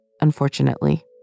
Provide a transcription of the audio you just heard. unfortunately